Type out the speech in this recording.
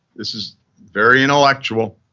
this is very intellectual,